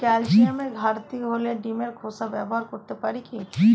ক্যালসিয়ামের ঘাটতি হলে ডিমের খোসা ব্যবহার করতে পারি কি?